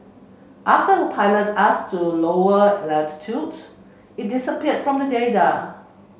after the pilot asked to lower it disappeared from the